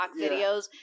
videos